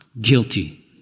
guilty